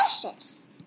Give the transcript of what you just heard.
delicious